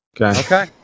Okay